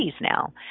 now